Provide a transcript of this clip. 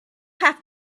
have